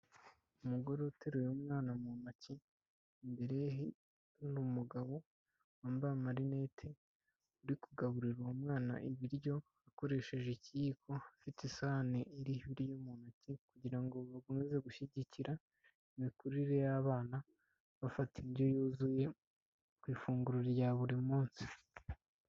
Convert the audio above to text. Umugore uteruye umwana mu ntoki, imbere ye hari umugabo wambaye amarinete, uri kugaburira uwo mwana ibiryo akoresheje ikiyiko, afite isahani irihuri mu ntoki, kugira ngo bakomeze gushyigikira imikurire y'abana, bafata indyo yuzuye ku ifunguro rya buri munsi.